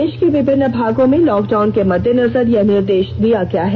देश के विभिन्न भागों में लॉकडाउन के मद्देनजर यह निर्देश दिया गया है